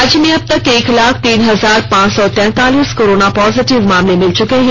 राज्य में अबतक एक लाख तीन हजार पांच सौ तैंतालीस कोरोना पॉजिटिव मामले मिल चुके हैं